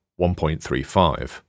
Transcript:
1.35